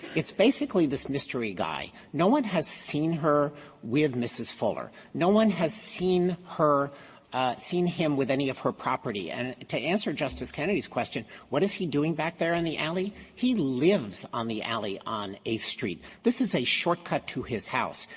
it's basically this mystery guy. no one has seen her with mrs. fuller. no one has seen her seen him with any of her property, and to answer justice kennedy's question what is he doing back there in the alley? he lives on the alley on eighth street. this is a shortcut to his house.